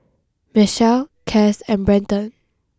Michelle Cas and Brenton